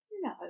No